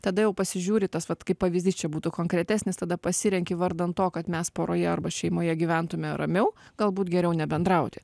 tada jau pasižiūri tas vat kaip pavyzdys čia būtų konkretesnis tada pasirenki vardan to kad mes poroje arba šeimoje gyventume ramiau galbūt geriau nebendrauti